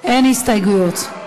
אין הסתייגויות.